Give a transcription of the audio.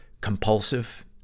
compulsive